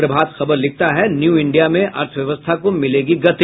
प्रभात खबर लिखता है new India में अर्थव्यवस्था को मिलेगी गति